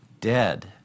dead